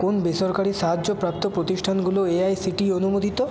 কোন বেসরকারি সাহায্যপ্রাপ্ত প্রতিষ্ঠানগুলো এআইসিটিই অনুমোদিত